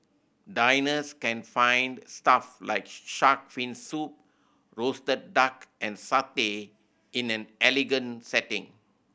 diners can find stuff like shark fin soup roasted duck and satay in an elegant setting